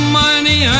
money